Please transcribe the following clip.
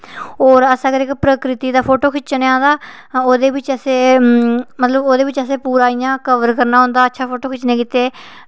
होर अगर अस प्रकृति दा फोटो खिच्चने आ बाऽ ओह्दे बिच असें मतलब पूरा इं'या कवर करना होऐ तां फोटो खिच्चने आस्तै